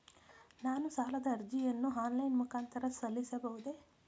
ನಾನು ಸಾಲದ ಅರ್ಜಿಯನ್ನು ಆನ್ಲೈನ್ ಮುಖಾಂತರ ಸಲ್ಲಿಸಬಹುದೇ?